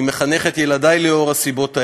אני מחנך את ילדי לאור הסיבות האלה,